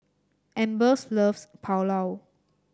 Ambers loves Pulao